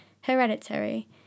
Hereditary